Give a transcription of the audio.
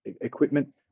equipment